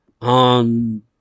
on